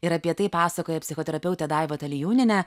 ir apie tai pasakoja psichoterapeutė daiva talijūnienė